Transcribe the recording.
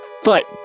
foot